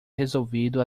resolvido